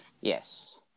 Yes